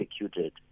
executed